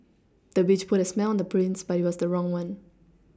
the witch put a spell on the prince but it was the wrong one